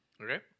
Okay